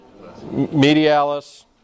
medialis